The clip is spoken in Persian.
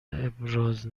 ابراز